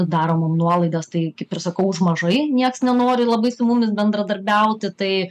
daro mum nuolaidas tai kaip ir sakau už mažai nieks nenori labai su mumis bendradarbiauti tai